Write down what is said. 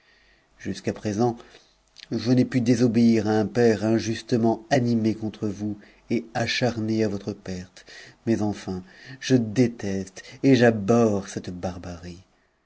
jusqu'à présent je n'ai pu désobéir à un per injustement animé contre vous et acharné à votre perte mais enfin je déteste et j'abhorre cette barbarie